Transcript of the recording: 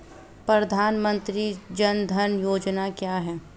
प्रधानमंत्री जन धन योजना क्या है?